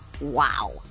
Wow